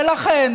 ולכן,